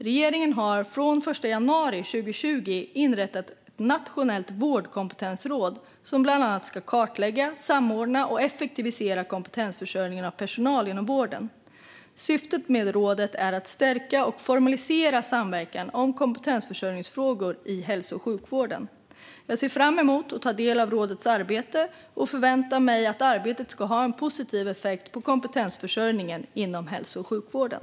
Regeringen har från den 1 januari 2020 inrättat ett nationellt vårdkompetensråd som bland annat ska kartlägga, samordna och effektivisera kompetensförsörjningen av personal inom vården. Syftet med rådet är att stärka och formalisera samverkan om kompetensförsörjningsfrågor i hälso och sjukvården. Jag ser fram emot att få ta del av rådets arbete och förväntar mig att arbetet ska ha en positiv effekt på kompetensförsörjningen inom hälso och sjukvården.